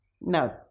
No